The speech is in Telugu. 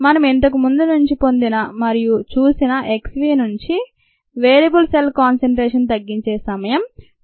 మనం ఇంతకు ముందు నుంచి పొందిన మరియు చూసిన x v నుంచి "వేయబుల్ సెల్ కాన్సెన్ట్రేషన్" తగ్గించే సమయం 2